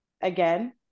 again